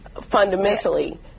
fundamentally